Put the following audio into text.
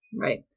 Right